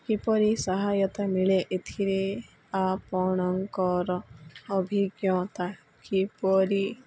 କିପରି ସହାୟତା ମିଳେ ଏଥିରେ ଆପଣଙ୍କର ଅଭିଜ୍ଞତା କିପରି